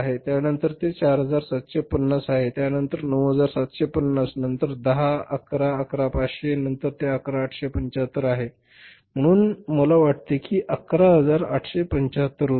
त्यानंतर ते 4750 आहे त्यानंतर 9750 नंतर ते 10 11 11500 नंतर ते 11875 आहे म्हणून मला वाटते की हे 11875 होतील